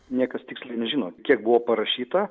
niekas tiksliai nežino kiek buvo parašyta